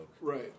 Right